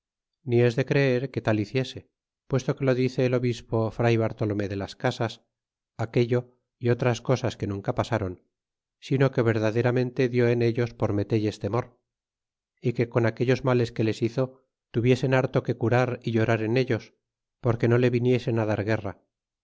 ni es de creer que tal hiciese puesto que lo dice el obispo fr bartolomé de las casas aquello y otras cosas que nunca pasáron sino que verdaderamente dió en ellos por me elles temor é que con aquellos males que les hizo tuviesen harto que curar y llorar en ellos porque no le viniesen dar guerra